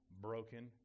broken